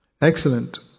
Excellent